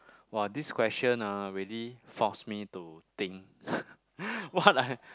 !wah! this question ah really force me to think what I